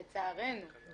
לצערנו.